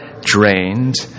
drained